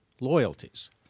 loyalties